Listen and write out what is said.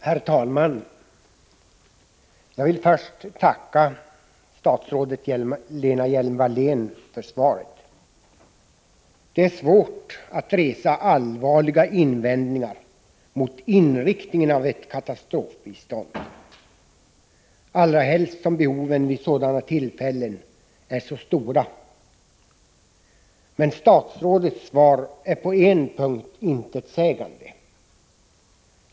Herr talman! Jag vill först tacka statsrådet Lena Hjelm-Wallén för svaret. Det är svårt att resa allvarliga invändningar mot inriktningen av ett katastrofbistånd, allra helst som behoven vid sådana tillfällen är så stora. Men statsrådets svar är på en punkt intetsägande.